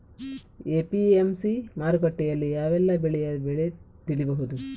APMC ಮಾರುಕಟ್ಟೆಯಲ್ಲಿ ಯಾವೆಲ್ಲಾ ಬೆಳೆಯ ಬೆಲೆ ತಿಳಿಬಹುದು?